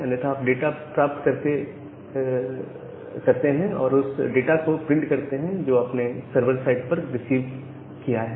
अन्यथा आप डाटा प्राप्त करते है और उस डाटा को प्रिंट करते हैं जो आपने सर्वर साइड पर रिसीव कर रहे हैं